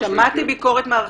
שמעתי ביקורת מערכתית,